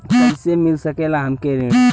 कइसे मिल सकेला हमके ऋण?